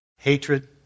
hatred